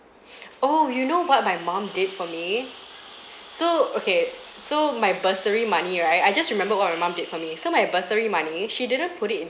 oh you know what my mom did for me so okay so my bursary money right I just remembered what my mum did for me so my bursary money she didn't put it into